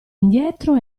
indietro